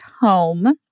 home